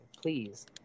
please